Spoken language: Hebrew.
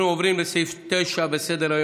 אנחנו עוברים לסעיף 9 בסדר-היום,